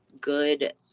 good